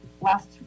last